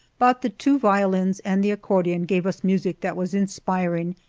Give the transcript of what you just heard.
but the two violins and the accordion gave us music that was inspiring,